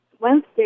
Wednesday